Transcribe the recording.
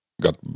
got